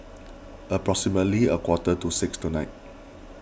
approximately a quarter to six tonight